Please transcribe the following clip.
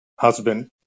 husband